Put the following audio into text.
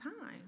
time